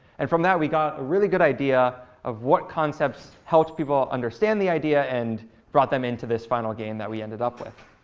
and from that, we got a really good idea of what concepts helped people understand the idea and brought them into this final game that we ended up with.